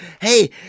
Hey